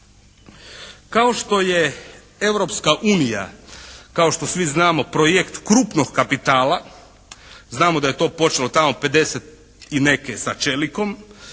Kao što je Europska unija kao što svi znamo projekt krupnog kapitala. Znamo da je to počelo tamo pedeset i neke sa čelikom.